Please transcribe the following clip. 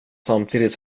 samtidigt